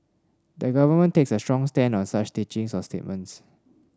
the government takes a strong stand on such teachings or statements